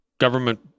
government